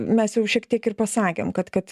mes jau šiek tiek ir pasakėm kad kad